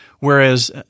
Whereas